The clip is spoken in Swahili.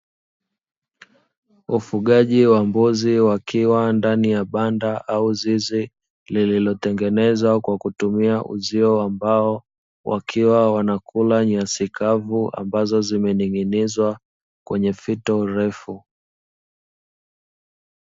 Ufugaji wa mbuzi wakiwa ndani ya banda au zizi lililotengenezwa kwa kutumia uzio wa mbao, wakiwa wanakula nyasi kavu ambazo zimening'inizwa kwenye fito refu.